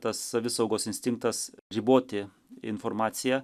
tas savisaugos instinktas riboti informaciją